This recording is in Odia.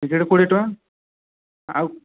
ଟିକେଟ୍ କୋଡ଼ିଏ ଟଙ୍କା ଆଉ